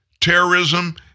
terrorism